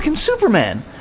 Superman